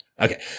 Okay